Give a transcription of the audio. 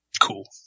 Cool